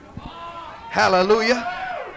Hallelujah